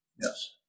Yes